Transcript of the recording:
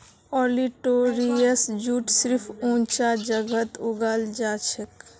olitorius jute सिर्फ ऊंचा जगहत उगाल जाछेक